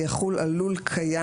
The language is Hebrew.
יחול על לול קיים.